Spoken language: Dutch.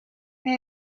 hij